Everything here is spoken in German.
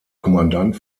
kommandant